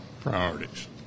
priorities